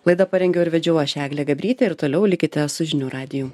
laidą parengiau ir vedžiau aš eglė gabrytė ir toliau likite su žinių radijum